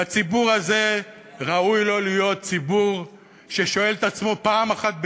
והציבור הזה ראוי לו להיות ציבור ששואל את עצמו פעם אחת ביום,